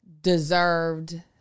deserved